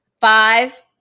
Five